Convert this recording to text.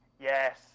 Yes